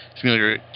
familiar